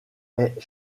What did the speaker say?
est